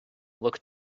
look